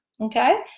okay